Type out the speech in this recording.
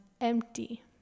empty